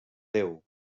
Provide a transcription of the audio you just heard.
déu